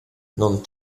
non